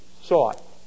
sought